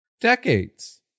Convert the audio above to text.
decades